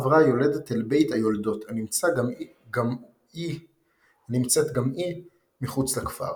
עברה היולדת אל "בית היולדות" הנמצאת גם היא מחוץ לכפר.